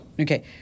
Okay